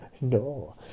No